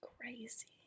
Crazy